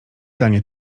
danie